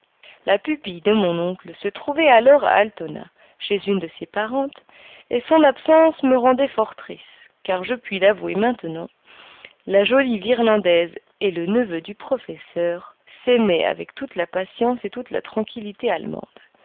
la pupille de mon oncle se trouvait alors à altona chez une de ses parentes et son absence me rendait fort triste car je puis l'avouer maintenant la jolie virlandaise et le neveu du professeur s'aimaient avec toute la patience et toute la tranquillité allemandes